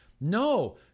No